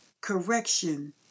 correction